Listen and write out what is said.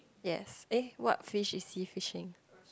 yes eh what fish is he fishing